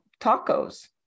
Tacos